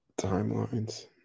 timelines